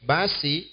Basi